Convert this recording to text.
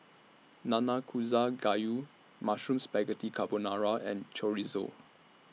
Nanakusa Gayu Mushroom Spaghetti Carbonara and Chorizo